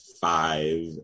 five